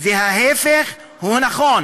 וההפך הוא הנכון: